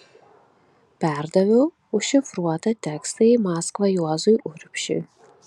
perdaviau užšifruotą tekstą į maskvą juozui urbšiui